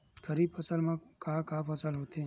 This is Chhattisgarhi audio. खरीफ फसल मा का का फसल होथे?